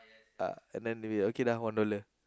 uh and then they be okay lah one dollar